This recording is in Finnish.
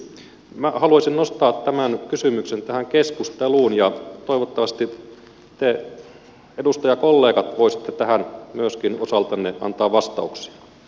minä haluaisin nostaa tämän kysymyksen tähän keskusteluun ja toivottavasti te edustajakollegat voisitte tähän myöskin osaltanne antaa vastauksia